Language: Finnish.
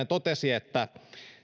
ja hän totesi että